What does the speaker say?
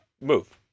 move